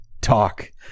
talk